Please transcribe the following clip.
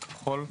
הכחול,